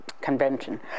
convention